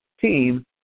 team